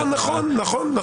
נכון, נכון.